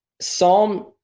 Psalm